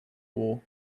war